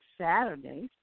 Saturdays